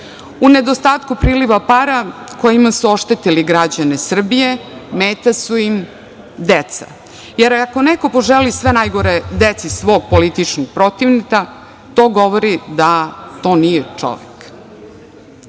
nedostatku priliva para kojima su oštetili građane Srbije, mete su im deca, jer ako neko poželi sve najgore deci svog političkog protivnika, to govori da to nije čovek.